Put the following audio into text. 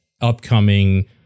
upcoming